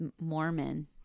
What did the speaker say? Mormon